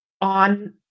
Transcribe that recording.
on